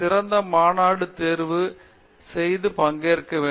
சிறந்த மாநாடுகள் தேர்வு செய்து பங்கேற்க வேண்டும்